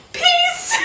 peace